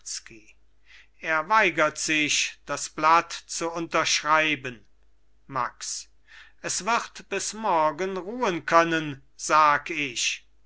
er weigert sich das blatt zu unterschreiben max es wird bis morgen ruhen können sag ich